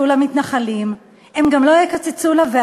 הם לא יקצצו למתנחלים.